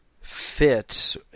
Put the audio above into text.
fit